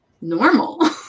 normal